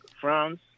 France